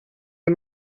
and